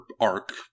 arc